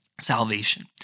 salvation